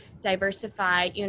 diversify